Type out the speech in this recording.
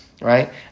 right